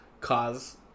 cause